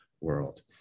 world